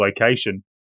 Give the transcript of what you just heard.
location